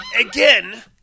again